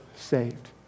Saved